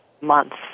months